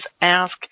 ask